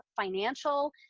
financial